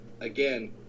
Again